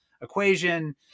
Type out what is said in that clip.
equation